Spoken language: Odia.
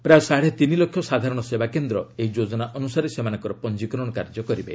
ପ୍ରାୟ ସାଡ଼େ ତିନି ଲକ୍ଷ ସାଧାରଣ ସେବାକେନ୍ଦ୍ର ଏହି ଯୋଜନା ଅନୁସାରେ ସେମାନଙ୍କର ପଞ୍ଚିକରଣ କାର୍ଯ୍ୟ କରିବେ